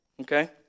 Okay